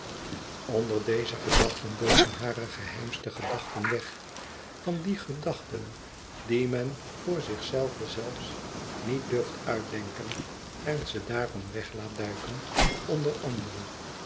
onder deze gedachten doken hare geheimste gedachten weg van die gedachten die men voor zichzelve zelfs niet durft uitdenken en ze daarom weg laat duiken onder andere